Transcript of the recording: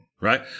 right